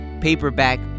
paperback